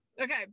okay